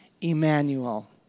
Emmanuel